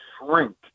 shrink